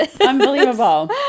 Unbelievable